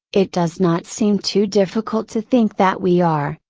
it does not seem too difficult to think that we are,